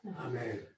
Amen